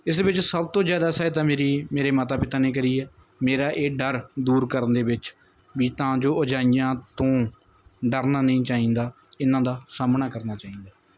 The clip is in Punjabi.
ਇਸ ਵਿੱਚ ਸਭ ਤੋਂ ਜ਼ਿਆਦਾ ਸਹਾਇਤਾ ਮੇਰੀ ਮੇਰੇ ਮਾਤਾ ਪਿਤਾ ਨੇ ਕਰੀ ਹੈ ਮੇਰਾ ਇਹ ਡਰ ਦੂਰ ਕਰਨ ਦੇ ਵਿੱਚ ਵੀ ਤਾਂ ਜੋ ਉੱਚਾਈਆਂ ਤੋਂ ਡਰਨਾ ਨਹੀਂ ਚਾਹੀਦਾ ਇਹਨਾਂ ਦਾ ਸਾਹਮਣਾ ਕਰਨਾ ਚਾਹੀਦਾ